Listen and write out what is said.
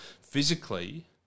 physically